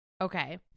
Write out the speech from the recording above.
Okay